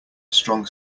strong